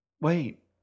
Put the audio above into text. Wait